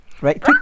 Right